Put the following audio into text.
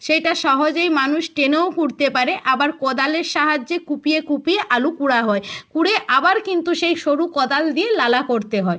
সেটা সহজেই মানুষ টেনেও কুড়তে পারে আবার কোদালের সাহায্যে কুপিয়ে কুপিয়ে আলু কুড়া হয় কুড়ে আবার কিন্তু সেই সরু কোদাল দিয়ে নালা করতে হয়